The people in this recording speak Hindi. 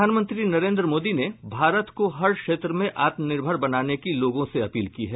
प्रधानमंत्री नरेन्द्र मोदी ने भारत को हर क्षेत्र में आत्मनिर्भर बनाने की लोगों से अपील की है